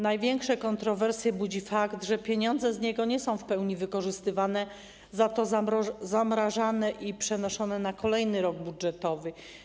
Największe kontrowersje budzi fakt, że pieniądze z niego nie są w pełni wykorzystywane, za to są zamrażane i przenoszone na kolejny rok budżetowy.